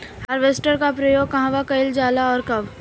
Harvester का उपयोग कहवा कइल जाला और कब?